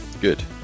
Good